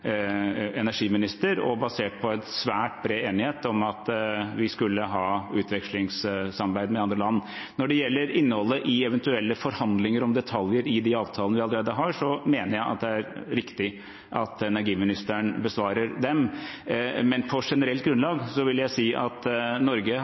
energiminister, og basert på en svært bred enighet om at vi skulle ha utvekslingssamarbeid med andre land. Når det gjelder innholdet i eventuelle forhandlinger om detaljer i de avtalene vi allerede har, mener jeg det er riktig at energiministeren besvarer det, men på generelt